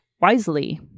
wisely